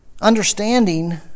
Understanding